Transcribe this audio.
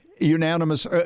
unanimous